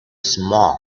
smoke